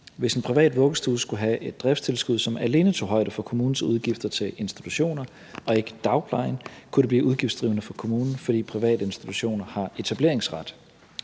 Hvis en privat vuggestue skulle have et driftstilskud, som alene tog højde for kommunens udgifter til institutioner og ikke dagplejen, kunne det blive udgiftsdrivende for kommunen, fordi private institutioner har etableringsret.